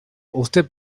usted